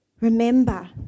Remember